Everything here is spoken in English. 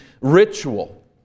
ritual